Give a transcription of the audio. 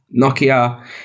Nokia